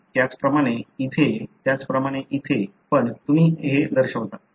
त्याचप्रमाणे इथे त्याचप्रमाणे इथे पण तुम्ही ते दर्शवता